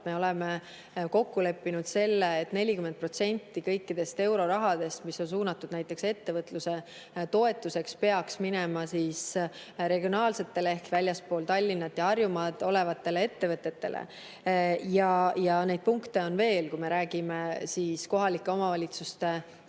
Me oleme kokku leppinud, et 40% kogu eurorahast, mis on suunatud näiteks ettevõtluse toetuseks, peaks minema regionaalsetele ehk väljaspool Tallinna ja Harjumaad olevatele ettevõtetele. Ja neid punkte on veel, kui me räägime kohalike omavalitsuste tulubaasi